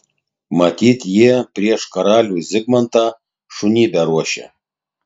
matyt jie prieš karalių zigmantą šunybę ruošia